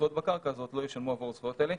זכויות על הקרקע הזאת לא ישלמו עבור הזכויות האלה.